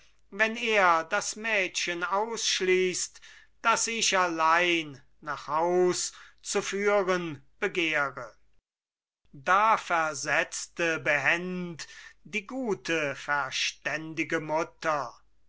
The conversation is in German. wenn er das mädchen ausschließt das ich allein nach haus zu führen begehre da versetzte behend die gute verständige mutter